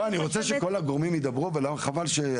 אני רוצה שכל הגורמים ידברו, וחבל .